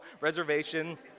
Reservation